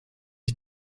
ich